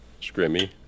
Scrimmy